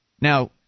Now